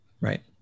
Right